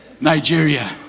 Nigeria